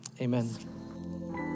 amen